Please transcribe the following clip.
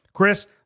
Chris